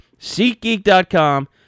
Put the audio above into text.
SeatGeek.com